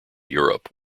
europe